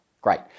Great